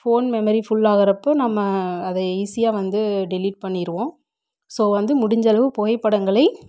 phone memory full ஆகிறப்ப நம்ம அதை ஈஸியாக வந்து டெலிட் பண்ணிடுவோம் ஸோ வந்து முடிஞ்சளவு புகைப்படங்களை